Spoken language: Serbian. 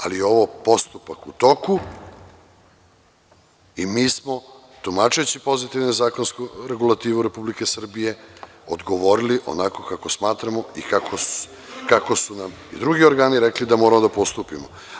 Ali, ovo je postupak u toku i mi smo, tumačeći pozitivnu zakonsku regulativu Republike Srbije, odgovorili onako kako smatramo i kako su nam drugi organi rekli da moramo da postupimo.